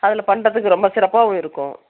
அதில் பண்ணுறதுக்கு ரொம்ப சிறப்பாகவும் இருக்கும்